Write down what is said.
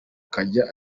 akajya